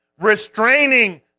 restraining